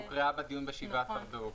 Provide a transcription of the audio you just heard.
שהוקראה בדיון ב-17 באוגוסט.